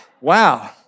Wow